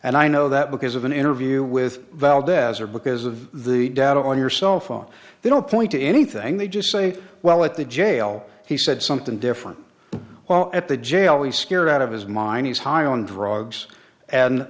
and i know that because of an interview with valdez or because of the data on your cell phone they don't point to anything they just say well at the jail he said something different while at the jail he's scared out of his mind he's high on drugs and